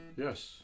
Yes